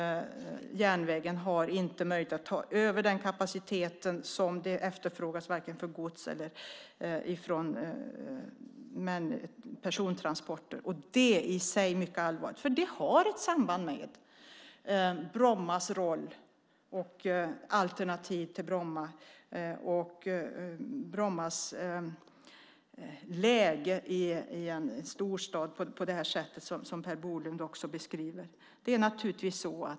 Järnvägen har inte möjlighet att ta över den kapacitet som efterfrågas för gods eller persontransporter. Det är i sig mycket allvarligt. Det har ett samband med Brommas roll, alternativ till Bromma och Brommas läge i en storstad, som Per Bolund också beskriver.